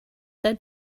that